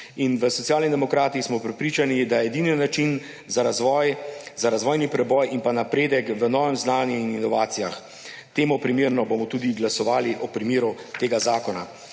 in v Socialnih demokratih smo prepričani, da je edini način za razvojni preboj in napredek v novem znanju in inovacijah. Temu primerno bomo tudi glasovali v primeru tega zakona.